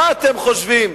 מה אתם חושבים,